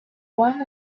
one